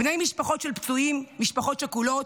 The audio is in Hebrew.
בני משפחות של פצועים, משפחות שכולות,